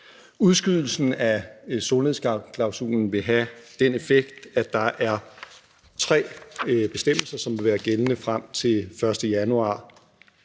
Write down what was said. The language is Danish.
Udskydelsen af solnedgangsklausulen vil have den effekt, at der er tre bestemmelser, som vil være gældende frem til den 1. januar